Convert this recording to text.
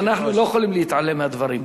אז אנחנו לא יכולים להתעלם מהדברים.